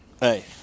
Hey